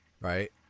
right